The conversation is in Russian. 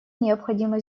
необходимо